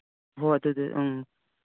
ꯍꯣ ꯑꯗꯨꯗꯨ ꯎꯝ